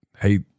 hey